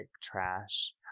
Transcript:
trash